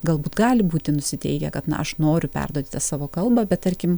galbūt gali būti nusiteikę kad na aš noriu perduoti tą savo kalbą bet tarkim